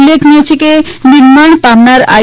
ઉલ્લેખનીય છે કે નિર્માણ પામનાર આઈ